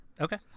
Okay